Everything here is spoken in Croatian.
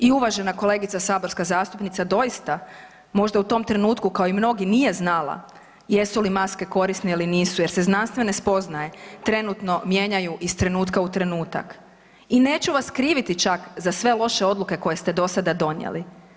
I uvažena kolegica saborska zastupnica doista možda u tom trenutku kao i mnogi nije znala jesu li maske korisne ili nisu, jer se znanstvene spoznaje trenutno mijenjaju iz trenutka u trenutak i neću vas kriviti čak za sve loše odluke koje ste do sada donijeli.